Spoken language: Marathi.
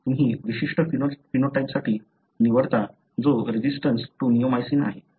तुम्ही विशिष्ट फिनोटाइपसाठी निवडता जो रेझिस्टन्स टु निओमायसिन आहे